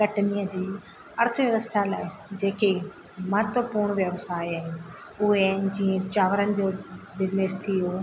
कटनीअ जी अर्थव्यवस्था लाइ जेके महत्वपूर्ण व्यवसाय आहिनि उहे आहिनि जीअं चांवरनि जो बिज़निस थी वियो